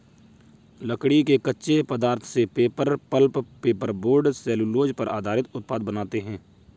लकड़ी के कच्चे पदार्थ से paper, pulp, paper board, cellulose पर आधारित उत्पाद बनाते हैं